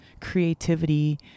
creativity